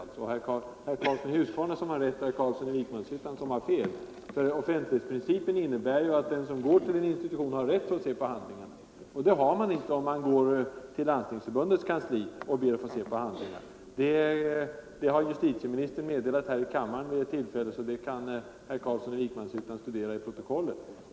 Det är herr Karlsson i Huskvarna som har rätt och herr Carlsson i Vikmanshyttan som har fel. Omsorger om vissa Offentlighetsprincipen innebär att den som vänder sig till en offentlig — psykiskt utveckinstitution med begäran om att få ta del av handlingarna där har rätt = lingsstörda att göra det, men det har man inte om man går till Landstingsförbundets kansli och ber att få se på handlingar. Det har justitieministern meddelat i kammaren vid ett tidigare tillfälle, så det kan herr Carlsson i Vikmanshyttan kontrollera i protokollet.